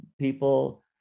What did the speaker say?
people